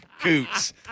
coots